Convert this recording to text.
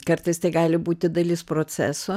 kartais tai gali būti dalis proceso